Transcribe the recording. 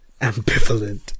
ambivalent